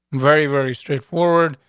very, very straightforward.